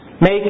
Make